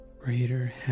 greater